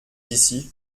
ici